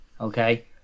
okay